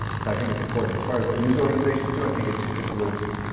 so i think it's important. as far as what news organizations do, i think it's it's loose.